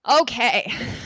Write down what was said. okay